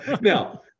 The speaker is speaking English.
Now